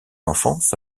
enfance